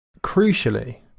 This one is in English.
Crucially